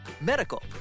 medical